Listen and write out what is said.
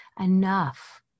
Enough